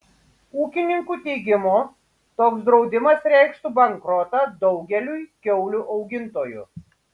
ūkininkų teigimu toks draudimas reikštų bankrotą daugeliui kiaulių augintojų